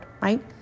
right